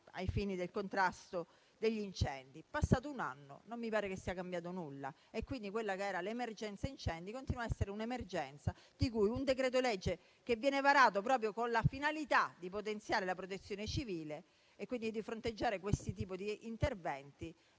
ai fini del contrasto degli incendi. È passato un anno e non mi pare sia cambiato nulla. E, quindi, quella che era l'emergenza incendi continua a essere tale e il decreto-legge che viene varato proprio con la finalità di potenziare la Protezione civile, e quindi per fronteggiare questo tipo di interventi,